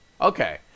okay